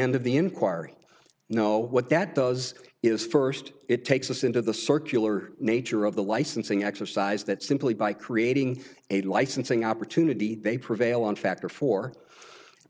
end of the inquiry you know what that does is first it takes us into the circular nature of the licensing exercise that simply by creating a licensing opportunity they prevail on factor four